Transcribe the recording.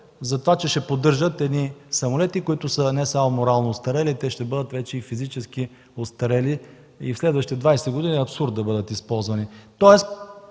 за това, че ще поддържат едни самолети, които са не само морално остарели, а ще бъдат и физически остарели, и е абсурд да бъдат използвани